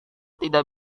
tidak